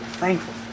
thankful